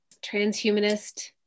transhumanist